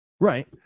right